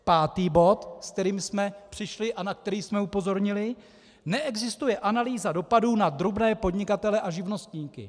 Pátý bod, s kterým jsme přišli a na který jsme upozornili neexistuje analýza dopadů na drobné podnikatele a živnostníky.